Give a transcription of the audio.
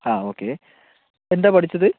ആ ഓക്കെ എന്താ പഠിച്ചത്